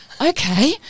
okay